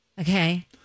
Okay